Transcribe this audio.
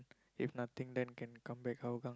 if nothing then can come back Hougang